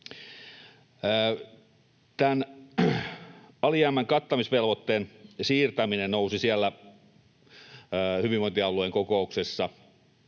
alijäämän kattamisvelvoitteen siirtäminen nousi siellä hyvinvointialueen kokouksessa